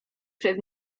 przez